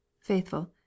Faithful